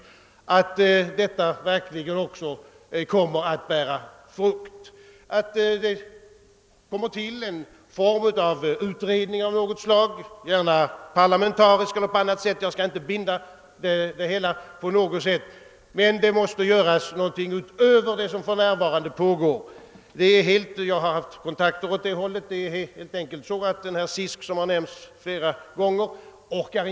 Man kan nu bara uttrycka förhoppningen att vad utskottet skrivit verkligen kommer att bära frukt och att vi får en utredning av något slag, gärna en parlamentarisk sådan. Därvid vill jag inte binda behandlingen på något sätt, men det måste göras något utöver det som sker för närvarande. Den arbetsgrupp som jag här flera gånger nämnt, SISK, orkar inte med den saken. Jag har vissa kontakter där och vågar därför säga det.